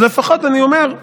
אז לפחות אני אומר: